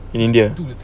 in india